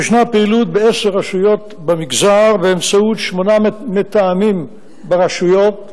הרי שיש פעילות בעשר רשויות במגזר באמצעות שמונה מתאמים ברשויות,